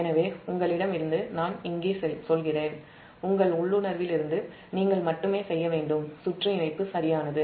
எனவே உங்களிடமிருந்து நான் இங்கே சொல்கிறேன் உங்கள் உள்ளுணர்விலிருந்து நீங்கள் மட்டுமே செய்ய வேண்டும் சுற்று இணைப்பு சரியானது